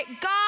God